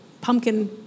pumpkin